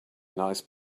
nice